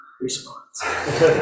response